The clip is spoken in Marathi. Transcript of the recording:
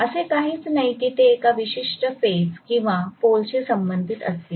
असे काहीच नाही की ते एका विशिष्ट फेज किंवा पोलशीच संबंधित असतील